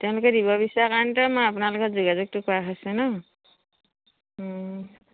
তেওঁলোকে দিব বিচৰা কাৰণেইতো মই আপোনাৰ লগত যোগাযোগটো কৰা হৈছে ন